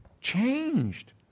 changed